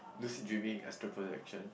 lose dreaming as the projection